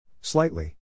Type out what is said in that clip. Slightly